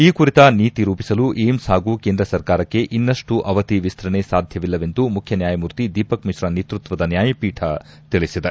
ಈ ಕುರಿತ ನೀತಿ ರೂಪಿಸಲು ಏಮ್ಸ್ ಹಾಗೂ ಕೇಂದ್ರ ಸರ್ಕಾರಕ್ಕೆ ಇನ್ನಷ್ಟು ಅವಧಿ ವಿಸ್ತರಣೆ ಸಾಧ್ವವಿಲ್ಲವೆಂದು ಮುಖ್ಯ ನ್ಯಾಯಮೂರ್ತಿ ದೀಪಕ್ ಮಿಶ್ರು ನೇತೃತ್ವದ ನ್ಯಾಯಪೀಠ ತಿಳಿಸಿದೆ